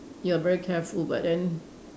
you are very careful but then